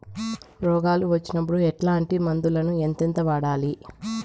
రోగాలు వచ్చినప్పుడు ఎట్లాంటి మందులను ఎంతెంత వాడాలి?